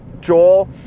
Joel